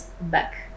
back